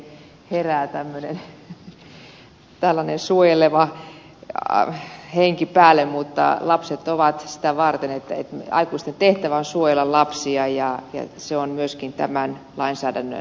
tässä oikein herää tällainen suojeleva henki päälle mutta lapset ovat sitä varten ettei aikuisten tehtävä on suojella lapsia ja se on myöskin tämän lainsäädännön tarkoitus